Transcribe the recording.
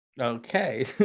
okay